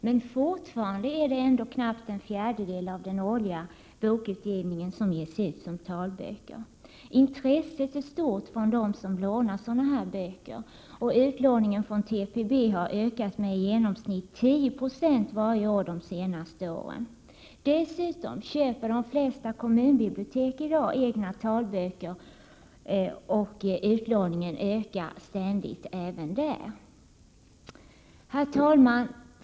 Men fortfarande är det ändå knappt en fjärdedel av den årliga bokutgivningen som ges ut som talböcker. Intresset är stort från dem som lånar sådana böcker. Utlåningen från TPB har ökat med i genomsnitt 10 90 varje år de senaste åren. Dessutom köper de flesta kommunbibliotek i dag egna talböcker, och utlåningen ökar ständigt även där. Herr talman!